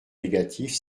négatifs